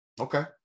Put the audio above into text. Okay